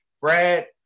Brad